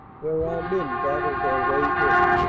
where our men battled their way in.